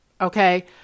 okay